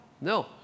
no